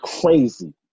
crazy